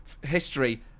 history